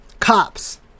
cops